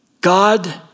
God